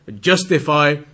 justify